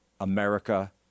America